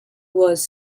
was